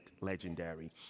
legendary